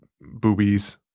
boobies